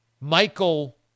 Michael